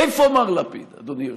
איפה מר לפיד, אדוני היושב-ראש?